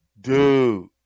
Dude